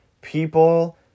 people